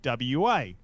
WA